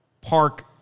park